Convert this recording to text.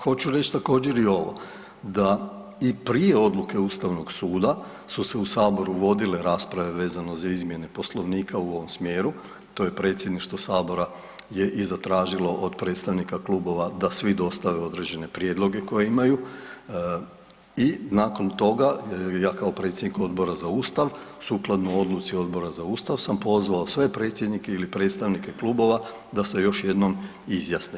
Hoću reći također i ovo, da i prije odluke Ustavnog suda su se u Saboru vodile rasprave vezano za izmjene Poslovnika u ovom smjeru, to je Predsjedništvo sabora je i zatražilo od predstavnika klubova da svi dostave određene prijedloga koje imaju i nakon toga ja kao predsjednik Odbora za Ustav, sukladno odluci Odbora za Ustav sam pozvao sve predsjednike ili predstavnike klubova da se još jednom izjasne.